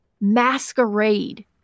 masquerade